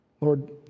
Lord